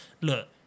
Look